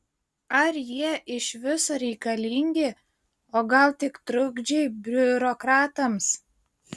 ar jie iš viso reikalingi o gal tik trukdžiai biurokratams